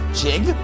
jig